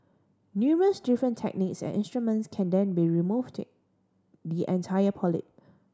numerous different techniques and instruments can then be remove the entire polyp